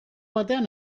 batean